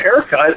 haircut